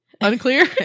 unclear